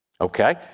Okay